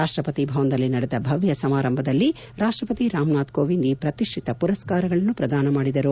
ರಾಷ್ಟಪತಿ ಭವನದಲ್ಲಿ ನಡೆದ ಭವ್ದ ಸಮಾರಂಭದಲ್ಲಿ ರಾಷ್ಟಪತಿ ರಾಮನಾಥ್ ಕೋವಿಂದ್ ಈ ಪ್ರತಿಷ್ಠಿತ ಪುರಸ್ಕಾರಗಳನ್ನು ಪ್ರದಾನ ಮಾಡಿದರು